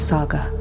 Saga